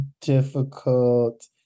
difficult